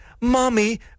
Mommy